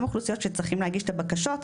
אוכלוסיות שצריכות להגיש את הבקשות,